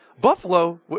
Buffalo